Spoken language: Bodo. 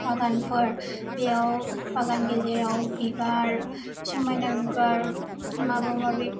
बागानफोर बेयाव गेजेराव बिबार समायना बिबार माबा माबि